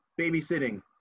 babysitting